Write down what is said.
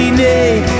need